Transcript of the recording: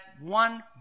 one